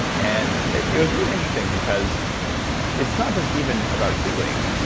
and it it was really interesting because it's not just even about healing.